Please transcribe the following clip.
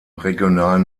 regionalen